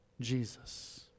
Jesus